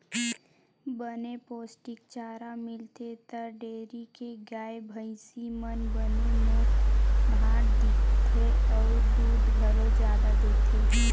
बने पोस्टिक चारा मिलथे त डेयरी के गाय, भइसी मन बने मोठ डांठ दिखथे अउ दूद घलो जादा देथे